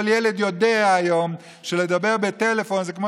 כל ילד יודע היום שלדבר בטלפון זה כמו